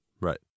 right